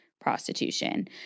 prostitution